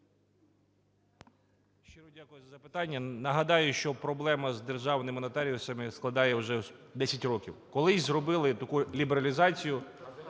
10:31:06 ПЕТРЕНКО П.Д. Нагадаю, що проблема з державними нотаріусами складає вже 10 років. Колись зробили таку лібералізацію,